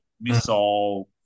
missile